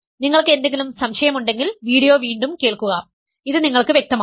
നിങ്ങൾക്ക് എന്തെങ്കിലും സംശയമുണ്ടെങ്കിൽ വീഡിയോ വീണ്ടും കേൾക്കുക ഇത് നിങ്ങൾക്ക് വ്യക്തമാകും